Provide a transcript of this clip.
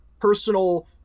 personal